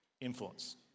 influence